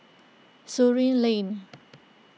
Surin Lane